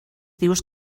dius